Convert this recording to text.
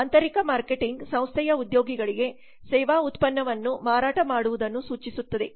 ಆಂತರಿಕ ಮಾರ್ಕೆಟಿಂಗ್ ಸಂಸ್ಥೆಯ ಉದ್ಯೋಗಿಗಳಿಗೆ ಸೇವಾ ಉತ್ಪನ್ನವನ್ನು ಮಾರಾಟ ಮಾಡುವುದನ್ನು ಸೂಚಿಸುತ್ತದೆ